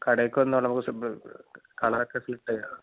കടേക്ക് വന്നോളു നമുക്ക് സു കളറൊക്കെ സെലക്റ്റ് ചെയ്യാം